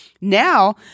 now